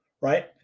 right